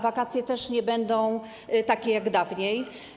Wakacje też nie będą takie, jak dawniej.